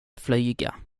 flyga